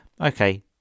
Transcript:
okay